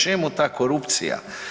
Čemu ta korupcija?